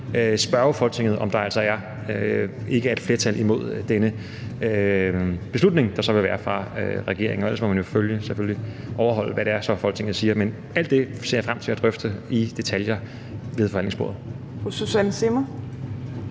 spørge Folketinget, om der altså ikke er et flertal imod denne beslutning, der så vil være fra regeringens side. Og ellers må man jo selvfølgelig overholde, hvad det så er, Folketinget siger. Men alt det ser jeg frem til at drøfte i detaljer ved forhandlingsbordet.